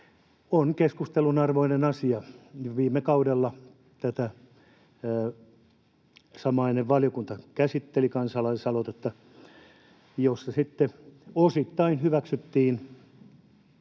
on keskustelun arvoinen asia. Viime kaudella samainen valiokunta käsitteli tätä kansalaisaloitetta, joka sitten osittain hyväksyttiin: